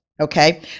Okay